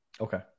Okay